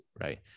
right